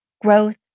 growth